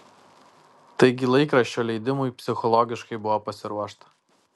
taigi laikraščio leidimui psichologiškai buvo pasiruošta